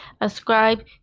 ascribe